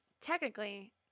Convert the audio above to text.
technically